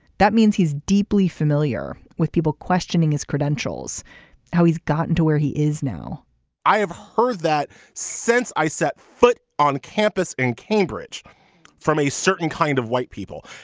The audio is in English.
that means he's deeply familiar with people questioning his credentials how he's gotten to where he is now i have heard that since i set foot on campus in cambridge from a certain kind of white people.